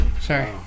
Sorry